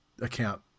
account